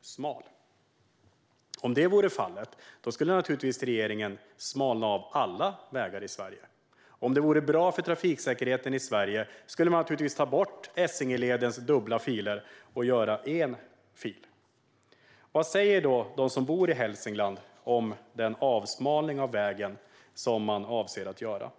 smal. Om så vore fallet skulle naturligtvis regeringen se till att alla vägar smalnas av i Sverige. Om det vore bra för trafiksäkerheten i Sverige skulle man naturligtvis ta bort Essingeledens dubbla filer och bara göra en fil. Vad säger då de som bor i Hälsingland om den avsmalning av vägen som man avser att göra?